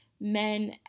men